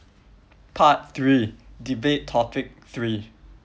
part three debate topic three